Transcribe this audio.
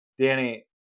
Danny